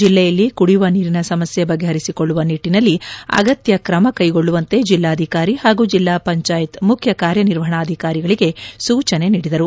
ಜಿಲ್ಲೆಯಲ್ಲಿ ಕುಡಿಯುವ ನೀರಿನ ಸಮಸ್ಯೆ ಬಗೆಹರಿಸಿಕೊಳ್ಳುವ ನಿಟ್ಟಿನಲ್ಲಿ ಅಗತ್ಯ ಕ್ರಮ ಕೈಗೊಳ್ಳುವಂತೆ ಜಿಲ್ಲಾಧಿಕಾರಿ ಹಾಗೂ ಜಿಲ್ಲಾ ಪಂಚಾಯತ್ ಮುಖ್ಯ ಕಾರ್ಯನಿರ್ವಹಣಾಧಿಕಾರಿಗಳಿಗೆ ಸೂಚನೆ ನೀಡಿದರು